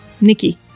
Nikki